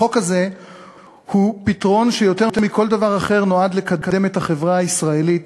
החוק הזה הוא פתרון שיותר מכל דבר אחר נועד לקדם את החברה הישראלית